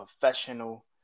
professional